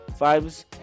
vibes